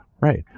right